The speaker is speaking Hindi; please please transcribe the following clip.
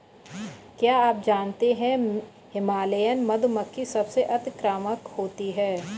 क्या आप जानते है हिमालयन मधुमक्खी सबसे अतिक्रामक होती है?